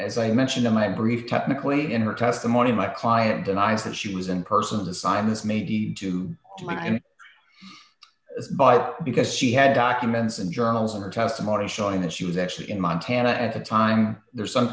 as i mentioned in my brief technically in her testimony my client denies that she was in person to sign this maybe too but because she had documents and journals in her testimony showing that she was actually in montana at the time there's some